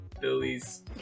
Billy's